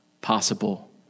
Possible